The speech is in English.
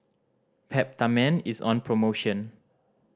Peptamen is on promotion